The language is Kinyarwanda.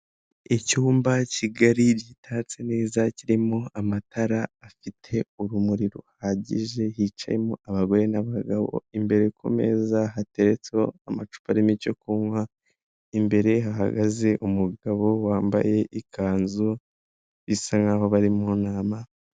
Icyumba kigari gitatse neza kirimo amatara afite urumuri ruhagije, hicayemo abagore n'abagabo, imbere ku meza hateretseho amacupa arimo icyo kunywa, imbere hahagaze umugabo wambaye ikanzu bisa nkaho bari mu nama.